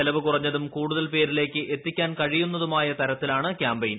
ചിലവ് കുറഞ്ഞതും കൂടുതൽ പേരിലേക്ക് എത്തിക്കാൻ കഴിയുന്ന്തുമായ തരത്തിലാണ് ക്യാമ്പെയിൻ